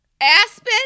Aspen